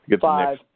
Five